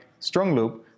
Strongloop